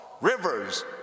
rivers